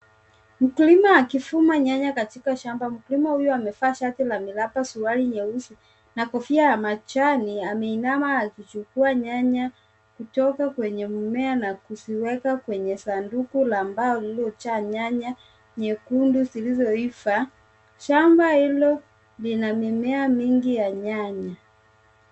Mkulima akivuna nyanya katika shamba. Mkulima huyo amevaa shati la miraba, suruali nyeusi na kofia ya majani ameinama akichukua nyanya kutoka kwenye mmea na kuziweka kwenye sanduku ambalo lililojaa nyanya nyekundu zilizoiva. Shamba hilo lina mimea mingi ya nyanya.